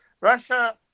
Russia